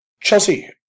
Chelsea